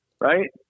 Right